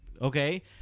okay